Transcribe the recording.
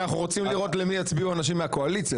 אנחנו רוצים לראות למי יצביעו אנשים מהקואליציה.